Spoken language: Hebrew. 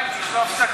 יש לך עבודה